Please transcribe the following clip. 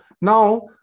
now